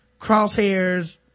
crosshairs